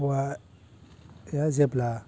हौवाया जेब्ला